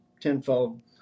tenfold